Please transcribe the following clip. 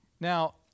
Now